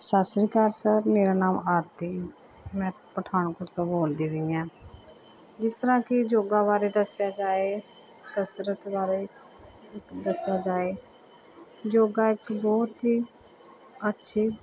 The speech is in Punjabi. ਸਤਿ ਸ਼੍ਰੀ ਅਕਾਲ ਸਰ ਮੇਰਾ ਨਾਮ ਆਰਤੀ ਮੈਂ ਪਠਾਨਕੋਟ ਤੋਂ ਬੋਲਦੀ ਪਈ ਹਾਂ ਜਿਸ ਤਰ੍ਹਾਂ ਕਿ ਯੋਗਾ ਬਾਰੇ ਦੱਸਿਆ ਜਾਏ ਕਸਰਤ ਬਾਰੇ ਦੱਸਿਆ ਜਾਏ ਯੋਗਾ ਇੱਕ ਬਹੁਤ ਹੀ ਅੱਛੀ